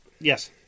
Yes